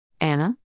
Anna